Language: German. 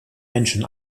menschen